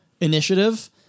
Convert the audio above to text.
initiative